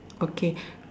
okay